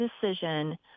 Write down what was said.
decision